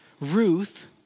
Ruth